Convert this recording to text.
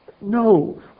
No